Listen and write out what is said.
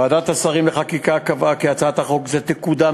ועדת השרים לחקיקה קבעה כי הצעת חוק זו תקודם